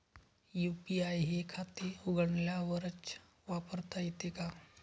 UPI हे खाते उघडल्यावरच वापरता येते का?